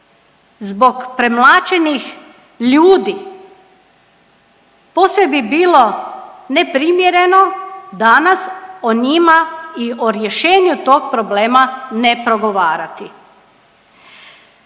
zbog premlaćenih ljudi posve bi bilo neprimjereno danas o njima i o rješenju tog problema ne progovarati.